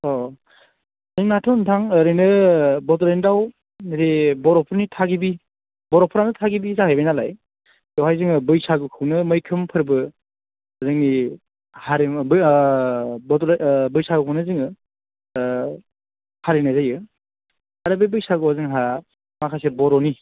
अ' जोंनाथ' नोंथां ओरैनो बड'लेण्डआव बे बर'फोरनि थागिबि बर'फ्रानो थागिबि जाहैबाय नालाय बाहाय जोङो बैसागु खुङो मैखोम फोरबो जोंनि हारिमुबो बड'लेण्ड बैसैगुखौनो जोङो फालिनाय जायो आरो बे बैसागुआव जोंहा माखासे बर'नि